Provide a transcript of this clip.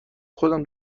خودم